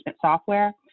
software